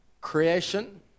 creation